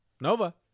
Nova